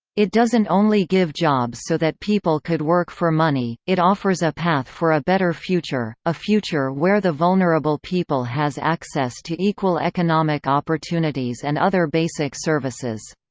it doesn't only give jobs so that people could work for money, it offers a path for a better future, a future where the vulnerable people has access to equal economic opportunities and other basic services.